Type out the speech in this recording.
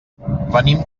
venim